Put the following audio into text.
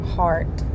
heart